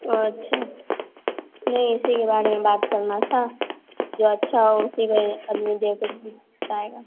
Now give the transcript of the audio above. अच्छा नहीं इसी के बारे में बात करना था जो अच्छा हो उसी में आदमी दे के जाएगा